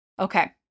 Okay